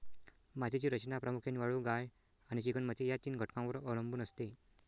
मातीची रचना प्रामुख्याने वाळू, गाळ आणि चिकणमाती या तीन घटकांवर अवलंबून असते